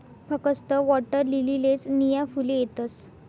फकस्त वॉटरलीलीलेच नीया फुले येतस